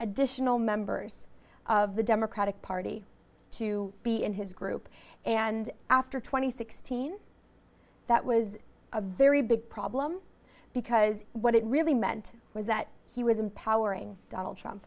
additional members of the democratic party to be in his group and after twenty sixteen that was a very big problem because what it really meant was that he was empowering donald trump